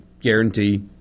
guarantee